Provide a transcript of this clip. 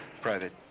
Private